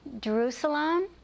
Jerusalem